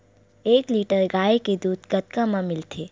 एक लीटर गाय के दुध कतका म मिलथे?